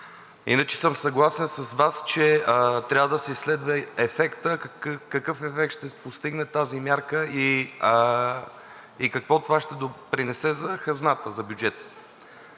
Иначе съм съгласен с Вас, че трябва да се изследва ефектът какъв ефект ще постигне тази мярка и с какво това ще допринесе за хазната, за бюджета.